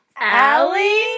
Allie